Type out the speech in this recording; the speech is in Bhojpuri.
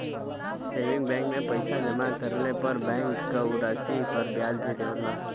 सेविंग बैंक में पैसा जमा करले पर बैंक उ राशि पर ब्याज भी देला